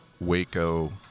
Waco